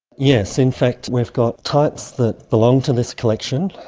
yes, in fact we've got types that belong to this collection,